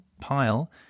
pile